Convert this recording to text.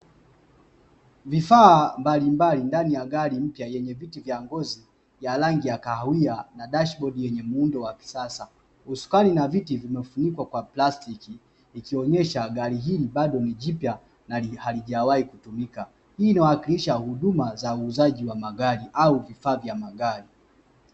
Vifaa mbalimbali ndani ya gari mpya yenye viti vya ngozi ya rangi ya kahawia na dashi bodi yenye muundo wa kisasa, usukuani na vitu vimefunikwa kwa prastiki ikionyesha gari hili bado ni jipya na halijawahi kutimika, hii huwakilisha uuzaji wa magari au vifaa vya magari.